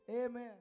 amen